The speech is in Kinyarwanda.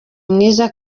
mwiza